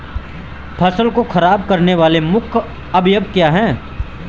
फसल को खराब करने वाले प्रमुख अवयव क्या है?